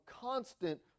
constant